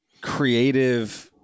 creative